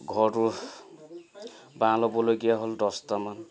ঘৰটো বাঁহ ল'বলগীয়া হ'ল দছটামান